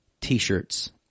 t-shirts